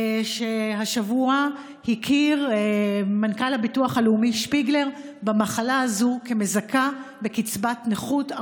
שהשבוע הכיר מנכ"ל הביטוח הלאומי שפיגלר במחלה הזו כמזכה בקצבת נכות,